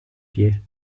pieds